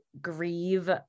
grieve